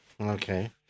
Okay